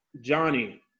Johnny